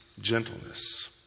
gentleness